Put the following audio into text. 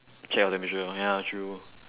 check your temperature ya true